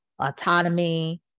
autonomy